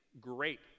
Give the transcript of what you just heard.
Great